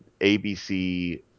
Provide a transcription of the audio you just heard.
ABC